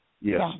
Yes